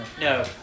No